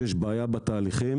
שיש בעיה בתהליכים.